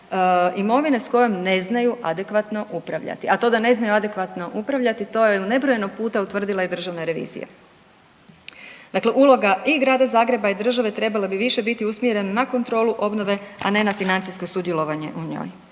imovine s kojom ne znaju adekvatno upravljati. A to da ne znaju adekvatno upravljati to je u nebrojeno puta utvrdila i državna revizija. Dakle, uloga i Grada Zagreba i države treba bi više biti usmjerena na kontrolu obnove, a ne na financijsko sudjelovanje u njoj.